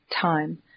time